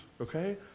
okay